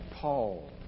Paul